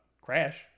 Crash